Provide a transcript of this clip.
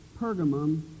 Pergamum